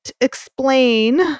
explain